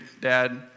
dad